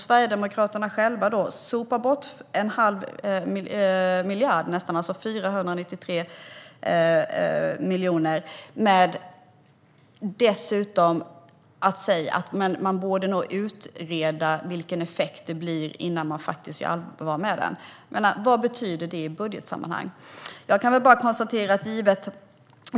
Sverigedemokraterna sopar bort nästan en halv miljard, det vill säga 493 miljoner, genom att säga att man borde utreda vilken effekt det blir innan man gör allvar av förslaget. Vad betyder det i budgetsammanhang?